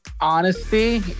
Honesty